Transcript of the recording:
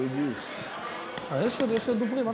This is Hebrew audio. יש עוד דוברים.